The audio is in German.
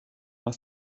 aus